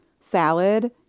salad